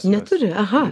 neturi aha